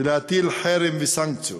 להטיל חרם וסנקציות.